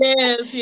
Yes